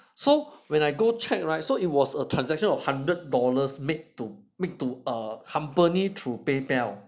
so when I go check right so it was a transaction of hundred dollars made to make to a company through PayPal